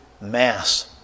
mass